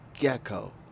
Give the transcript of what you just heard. Gecko